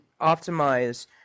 optimize